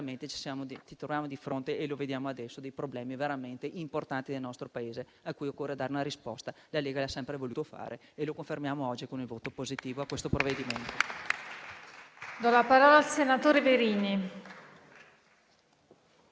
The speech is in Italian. ci troviamo di fronte - come vediamo adesso - problemi veramente importanti del nostro Paese, a cui occorre dare una risposta. La Lega l'ha sempre voluto fare e lo confermiamo oggi con il voto positivo a questo provvedimento.